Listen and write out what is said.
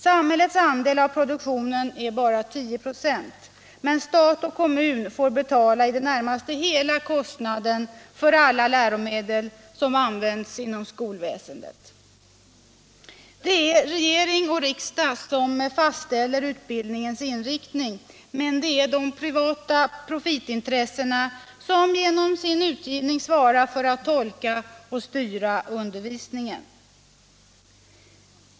Samhällets andel av produktionen är bara 10 96, men stat och kommun får betala i det närmaste hela kostnaden för alla läromedel som används inom skolväsendet. Det är regering och riksdag som fastställer utbild ningens inriktning, men det är de privata profitintressena som genom sin utgivning svarar för att tolka och styra undervisningen.